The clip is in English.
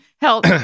help